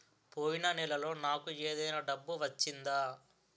పోయిన నెలలో నాకు ఏదైనా డబ్బు వచ్చిందా?